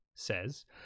says